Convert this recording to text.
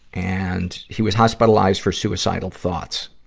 and, he was hospitalized for suicidal thoughts.